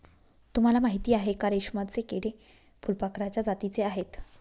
तुम्हाला माहिती आहे का? रेशमाचे किडे फुलपाखराच्या जातीचे आहेत